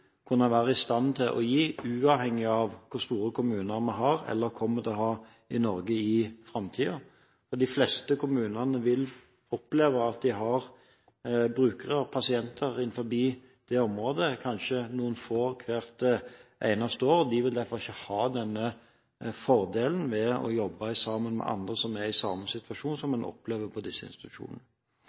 kunne være i stand til å gi uavhengig av hvor store kommuner vi har, eller kommer til å ha, i Norge i framtiden. De fleste kommunene vil oppleve at de har brukere og pasienter innenfor det området, kanskje noen få hvert eneste år. De vil derfor ikke ha denne fordelen med å jobbe sammen med andre som er i samme situasjon, som en opplever på disse institusjonene.